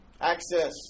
Access